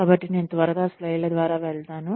కాబట్టి నేను త్వరగా స్లైడ్ ల ద్వారా వెళ్తాను